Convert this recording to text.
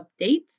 updates